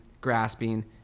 grasping